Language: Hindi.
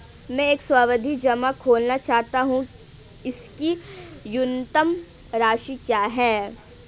मैं एक सावधि जमा खोलना चाहता हूं इसकी न्यूनतम राशि क्या है?